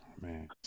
Man